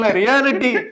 reality